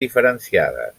diferenciades